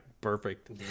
perfect